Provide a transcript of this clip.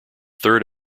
third